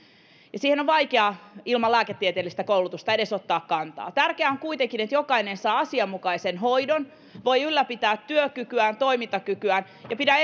ja siihen on vaikea ilman lääketieteellistä koulutusta edes ottaa kantaa tärkeää on kuitenkin että jokainen saa asianmukaisen hoidon voi ylläpitää työkykyään toimintakykyään pidän